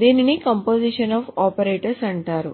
దీనిని composition of operators అంటారు